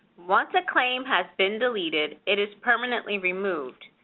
once a claim has been deleted, it is permanently removed.